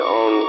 on